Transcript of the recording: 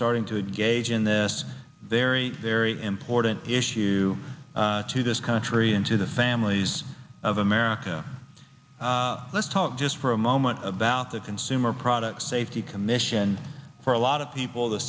starting to engage in this very very important issue to this country and to the families of america let's talk just for a moment about the consumer products safety commission for a lot of people the